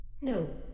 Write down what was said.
No